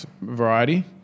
variety